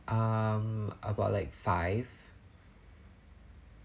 um about like five